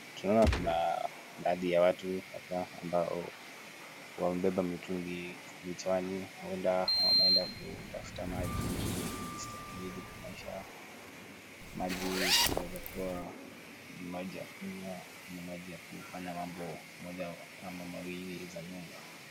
Tunaona kuna baadhi ya watu ambao wamebeba mitungi vichwani hienda wameenda kutafuta maji ili kujistahimili kimaisha, maji yanaezakuwa ni maji ya kunywa ama maji ya kufanya mambo moja ama mawili za nyumba.